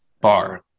bar